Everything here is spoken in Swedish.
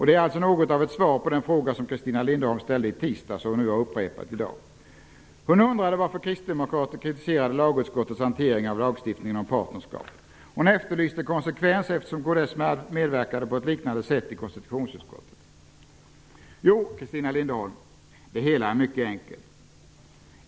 Det är något av ett svar på den fråga som Christina Linderholm ställde i tisdags och upprepade i dag. Hon undrade varför kristdemokraterna kritiserade lagutskottets hantering av lagstiftningen om partnerskap. Hon efterlyste konsekvensen, eftersom kds medverkade på ett liknande sätt i konstitutionsutskottet. Jo, Christina Linderholm, det hela är mycket enkelt.